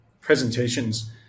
presentations